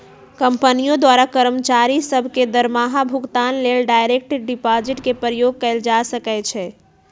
कंपनियों द्वारा कर्मचारि सभ के दरमाहा भुगतान लेल डायरेक्ट डिपाजिट के प्रयोग कएल जा सकै छै